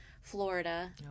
Florida